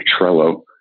Trello